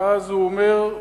ואז הוא אומר,